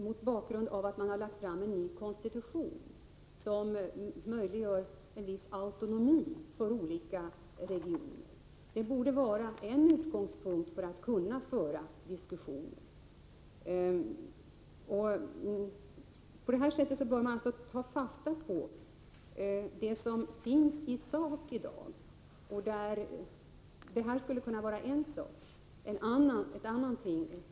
Man har där lagt fram förslag om en ny konstitution som möjliggör en viss autonomi för olika regioner. Det borde vara en utgångspunkt för att kunna föra diskussioner. Man bör ta fasta på de faktiska omständigheterna. Detta med den nya konstitutionen är en sådan omständighet.